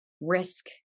risk